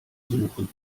suchen